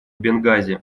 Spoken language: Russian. бенгази